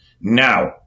Now